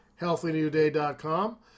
HealthyNewDay.com